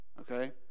okay